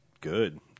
good